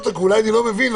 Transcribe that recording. כי אולי אני לא מבין,